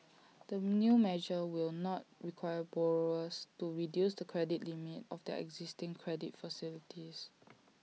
the new measure will not require borrowers to reduce the credit limit of their existing credit facilities